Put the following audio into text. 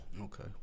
Okay